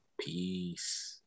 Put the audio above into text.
peace